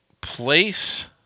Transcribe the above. place